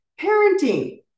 Parenting